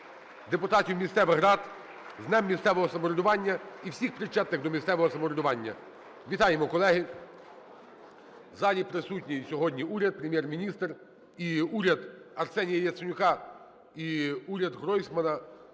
депутатів місцевих рад з Днем місцевого самоврядування і всіх причетних до місцевого самоврядування! (Оплески) Вітаємо, колеги! В залі присутній сьогодні уряд, Прем'єр-міністр. І уряд Арсенія Яценюка, і уряд Гройсмана